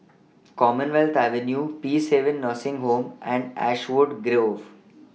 Commonwealth Avenue Peacehaven Nursing Home and Ashwood Grove